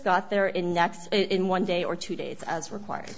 got there in next in one day or two days as required